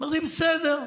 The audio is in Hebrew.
אמרתי: בסדר,